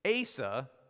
Asa